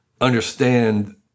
understand